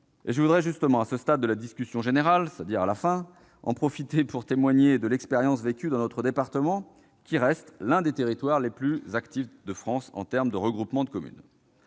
ce domaine. Justement, à ce stade de la discussion générale, c'est-à-dire à la fin, je voudrais témoigner de l'expérience vécue dans notre département, qui reste l'un des territoires les plus actifs de France en matière de regroupement de communes.